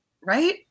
Right